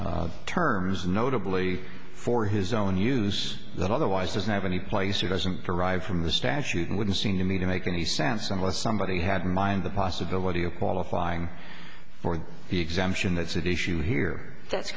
specific terms notably for his own use that otherwise doesn't have any place or doesn't derive from the statute and wouldn't seem to me to make any sense unless somebody had in mind the possibility of qualifying for the exemption that's an issue here that's